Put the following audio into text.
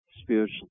spiritual